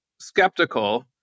Skeptical